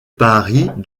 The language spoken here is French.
paris